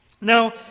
Now